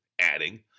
adding